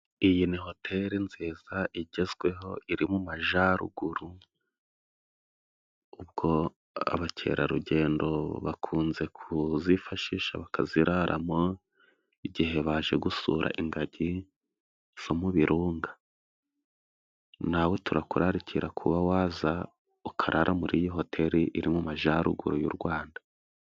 Iyi ni hoteri nziza igezwe ho iri mu majaruguru, ubwo abakerarugendo bakunze kuzifashisha bakazirara mo, igihe baje gusura ingagi zo mu birunga. Nawe turakurarikira kuba waza, ukarara muri iyi hoteri iri mu majaruguru y'u Rwanda.